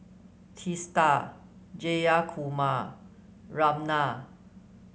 Teesta Jayakumar Ramnath